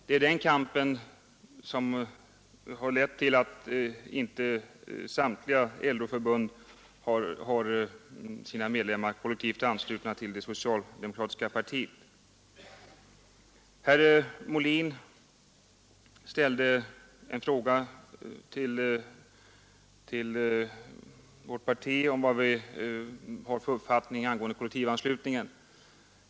Det är den kampen som har lett till att inte samtliga LO-förbund har sina medlemmar kollektivanslutna till det socialdemokratiska partiet Herr Molin ställde en fråga till vårt parti om vad vi har för uppfattning angående kollektivanslutningen.